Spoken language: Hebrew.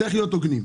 צריך להיות הוגנים.